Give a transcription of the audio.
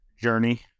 journey